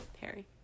harry